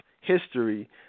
history